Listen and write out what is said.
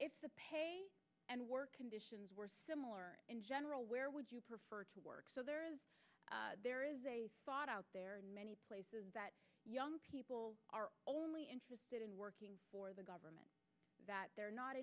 if the pay and work conditions were similar in general where would you prefer to work so there is a thought out there in many places that young people are only interested in working for the government that they're not